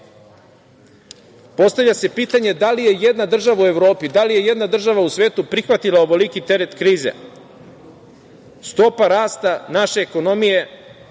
Postavlja se pitanje da li je jedna država u Evropi, da li je jedna država u svetu, prihvatila ovoliki teret krize? Stopa rasta naše ekonomije